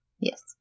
Yes